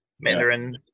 Mandarin